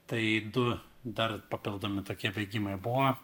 tai du dar papildomi tokie bėgimai buvo